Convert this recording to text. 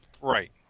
right